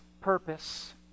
purpose